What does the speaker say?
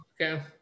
Okay